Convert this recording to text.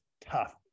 tough